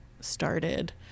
started